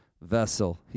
vessel